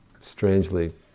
strangely